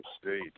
state